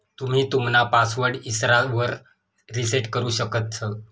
तुम्ही तुमना पासवर्ड इसरावर रिसेट करु शकतंस